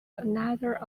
another